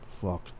Fuck